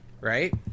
right